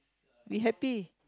we happy